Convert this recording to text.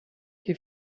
que